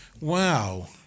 Wow